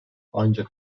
ancak